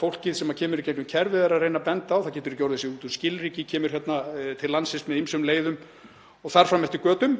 fólkið sem kemur í gegnum kerfið er að reyna að benda á, að það getur ekki orðið sér úti um skilríki, kemur til landsins með ýmsum leiðum og þar fram eftir götunum.